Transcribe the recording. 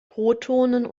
protonen